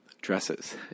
dresses